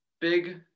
Big